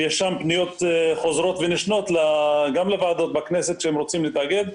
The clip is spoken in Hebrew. יש שם פניות חוזרות ונשנות גם לוועדות בכנסת שהם רוצים להתאגד.